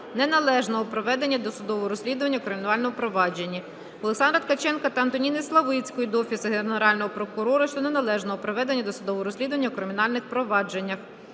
неналежного проведення досудового розслідування у кримінальному провадженні. Олександра Ткаченка та Антоніни Славицької до Офісу Генерального прокурора щодо неналежного проведення досудового розслідування у кримінальних провадженнях.